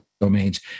domains